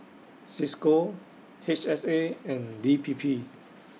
CISCO H S A and D P P